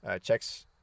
checks